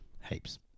Heaps